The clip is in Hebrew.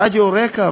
רדיו רק"ע,